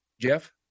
Jeff